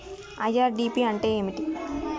IRDP అంటే ఏమిటి?